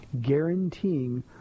guaranteeing